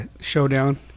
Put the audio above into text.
showdown